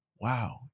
Wow